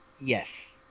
Yes